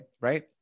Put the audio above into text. right